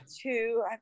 two